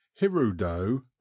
hirudo